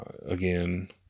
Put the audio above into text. Again